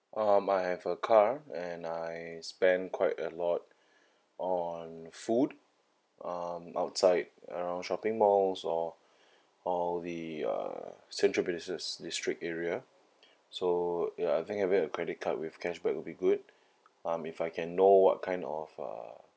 um I have a car and I spend quite a lot on food um outside around shopping malls or or the uh central business district area so ya I think having a credit card with cashback will be good um if I can know what kind of uh